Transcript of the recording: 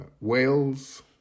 Wales